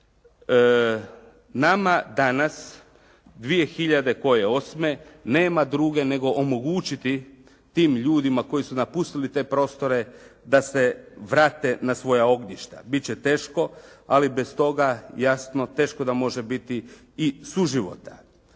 Nama danas 2008. nema druge nego omogućiti tim ljudima koji su napustili te prostore da se vrate na svoja ognjišta. Bit će teško, ali bez toga jasno teško da može biti i suživota.